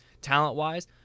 talent-wise